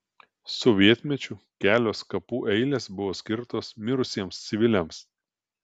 sovietmečiu kelios kapų eilės buvo skirtos mirusiems civiliams